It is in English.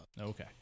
Okay